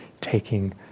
taking